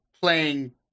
playing